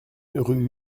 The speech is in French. rue